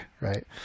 right